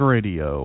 Radio